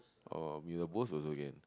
or Mee-Rebus also can